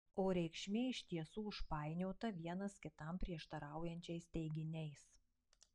o reikšmė iš tiesų užpainiota vienas kitam prieštaraujančiais teiginiais